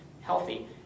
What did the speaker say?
healthy